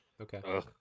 okay